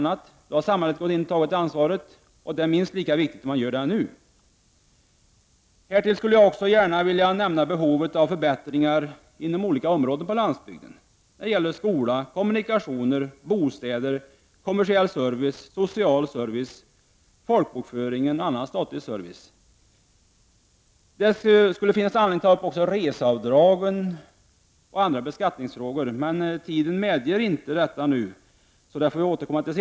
Det är minst lika viktigt att samhället gör det nu. Härtill skulle jag också vilja nämna behovet av förbättringar inom olika områden på landsbygden som skola, kommunikationer, bostäder, kommersiell service, social service, folkbokföring och annan statlig service. Det skulle också finnas anledning att ta upp reseavdragen och andra beskattningsfrågor. På grund av tidsbrist kan jag inte gå in på dessa frågor nu, utan dem får jag återkomma till.